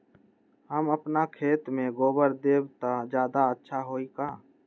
हम अपना खेत में गोबर देब त ज्यादा अच्छा होई का?